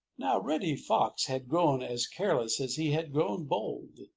now reddy fox had grown as careless as he had grown bold.